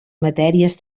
matèries